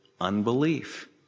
unbelief